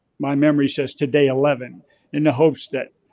my memory says to day eleven in the hopes that